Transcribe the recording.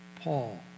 Paul